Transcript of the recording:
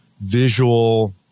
visual